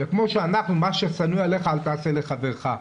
וכמו שמה ששנוא עליך אל תעשה לחברך,